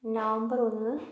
November ഒന്ന്